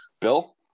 Bill